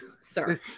sir